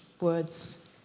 words